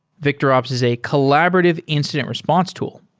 victorops is a collaborative incident response tool,